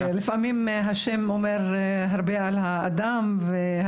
להביא את הדברים שלי.